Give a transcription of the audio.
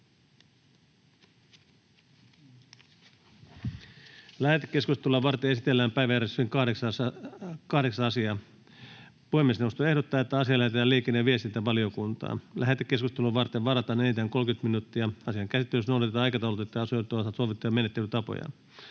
Lähetekeskustelua varten esitellään päiväjärjestyksen 5. asia. Puhemiesneuvosto ehdottaa, että asia lähetetään sosiaali- ja terveysvaliokuntaan. Lähetekeskusteluun varataan enintään 30 minuuttia. Asian käsittelyssä noudatetaan aikataulutettujen asioiden osalta sovittuja menettelytapoja.